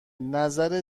نظر